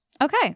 Okay